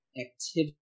activity